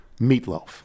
Meatloaf